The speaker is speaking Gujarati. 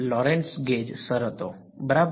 લોરેન્ટ્ઝ ગેજ શરતો બરાબર